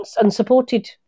unsupported